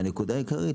והנקודה העיקרית,